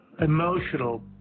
emotional